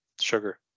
sugar